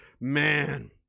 man